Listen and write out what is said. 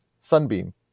sunbeam